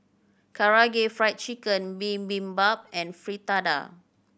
Karaage Fried Chicken Bibimbap and Fritada